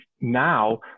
now